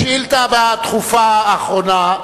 השאילתא הבאה הדחופה, האחרונה,